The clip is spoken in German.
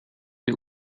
ihr